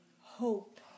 hope